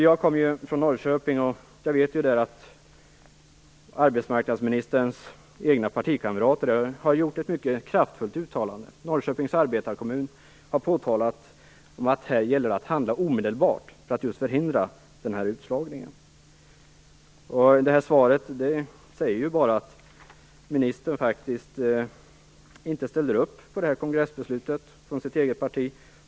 Jag kommer ju ifrån Norrköping, och jag vet att arbetsmarknadsministerns egna partikamrater har gjort ett mycket kraftfullt uttalande. Norrköpings arbetarkommun har påtalat att det gäller att handla omedelbart, just för att förhindra denna utslagning. Ministerns svar visar bara att ministern faktiskt inte ställer upp på kongressbeslutet av sitt eget parti.